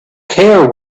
care